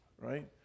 Right